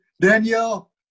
Danielle